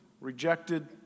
rejected